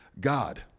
God